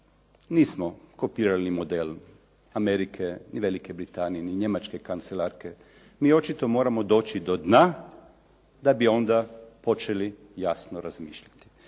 nismo kopirali model Amerike, ni velike britanije, ni njemačke kancelarke, mi očito moramo doći do dna da bi onda počeli jasno razmišljati.